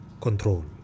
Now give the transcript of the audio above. control